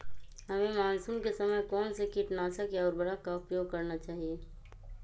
हमें मानसून के समय कौन से किटनाशक या उर्वरक का उपयोग करना चाहिए?